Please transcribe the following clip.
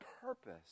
purpose